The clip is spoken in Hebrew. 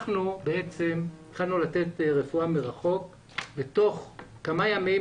אנחנו בעצם התחלנו לתת רפואה מרחוק ותוך כמה ימים,